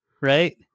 right